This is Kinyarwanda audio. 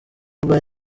urwaye